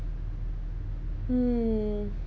mm